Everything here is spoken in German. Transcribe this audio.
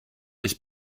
ich